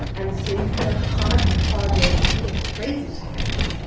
and so you get a hodgepodge of of crazy times.